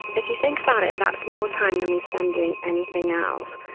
if you think about it, that's more time than we spend doing anything else,